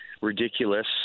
ridiculous